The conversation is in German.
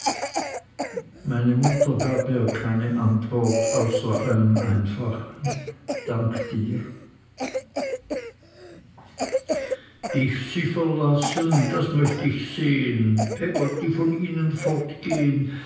meine mutter gab ihr keine antwort außer einem einfachen dank dir ich sie verlassen das möcht ich sehen peggotty von ihnen fortgehen